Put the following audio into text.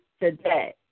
today